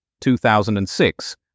2006